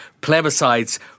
plebiscites